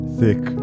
thick